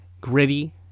gritty